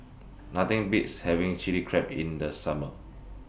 Nothing Beats having Chili Crab in The Summer